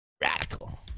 Radical